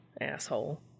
Asshole